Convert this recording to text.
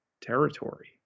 territory